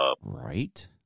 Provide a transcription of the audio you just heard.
Right